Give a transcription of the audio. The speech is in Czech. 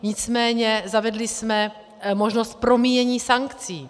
Nicméně zavedli jsme možnost promíjení sankcí.